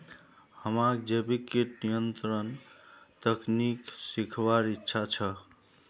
हमाक जैविक कीट नियंत्रण तकनीक सीखवार इच्छा छ